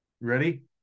Ready